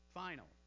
final